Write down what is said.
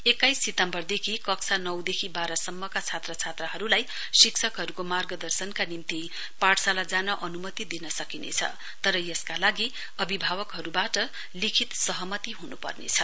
एक्काइस सितम्वरदेखि कक्षा नौ देखि बाह्र सम्मका छात्र छात्राहरुलाई शिक्षकहरुको मार्गदर्शनका निम्ति पाठशाला जान अनुमति दिन सकिनेछ तर यसका लागि अभिभावकहरुबाट लिखित सहमति हुनुपर्नेछ